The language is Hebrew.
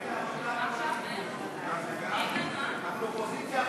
המסים והגברת האכיפה (תיקוני חקיקה),